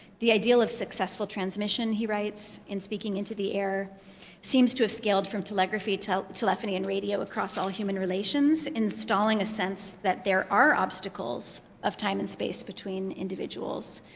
the ideal of successful transmission, he writes, in speaking into the air seems to have scaled from telegraphy, telephony, and radio across all human relations, installing a sense that there are obstacles of time and space between individuals.